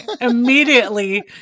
immediately